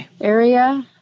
area